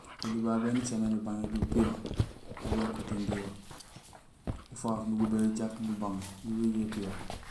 Oli babé éni ucaméén bébang éliw piyo, aw bé kotondi yo ufaak nugubéén yo jaak nubang, yo béju épiyo.